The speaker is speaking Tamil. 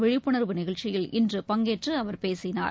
விழிப்புணர்வு நிகழ்ச்சியில் இன்று பங்கேற்று அவர் பேசினார்